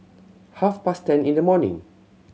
half past ten in the morning